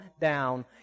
down